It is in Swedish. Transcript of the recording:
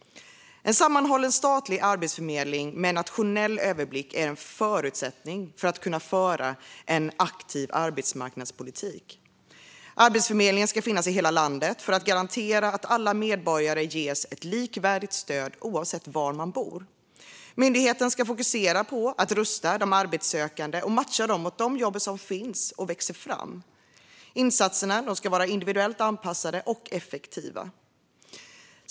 En sammanhållen statlig arbetsförmedling med nationell överblick är en förutsättning för att kunna föra en aktiv arbetsmarknadspolitik. Arbetsförmedlingen ska finnas i hela landet för att garantera att alla medborgare ges ett likvärdigt stöd oavsett var de bor. Myndigheten ska fokusera på att rusta de arbetssökande och matcha dem mot de jobb som finns och växer fram. Insatserna ska vara individuellt anpassade och effektiva.